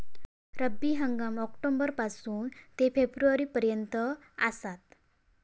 रब्बी हंगाम ऑक्टोबर पासून ते फेब्रुवारी पर्यंत आसात